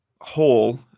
whole